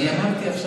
אז אני אמרתי עכשיו.